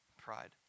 pride